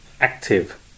active